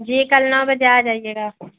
جی کل نو بجے آجائیے گا